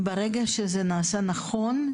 ברגע שזה נעשה נכון,